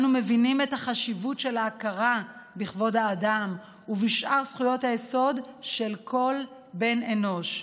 מבין את החשיבות של ההכרה בכבוד האדם ובשאר זכויות היסוד של כל בן אנוש.